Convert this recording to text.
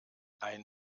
ein